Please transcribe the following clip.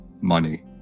money